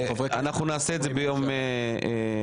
אנחנו נעשה את זה ביום ראשון,